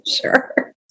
Sure